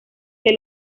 que